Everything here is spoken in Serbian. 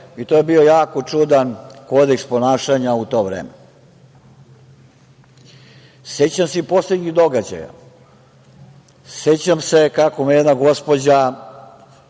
i to je bio jako čudan kodeks ponašanja u to vreme.Sećam se i poslednjih događaja. Sećam se kako me je jedna gospođa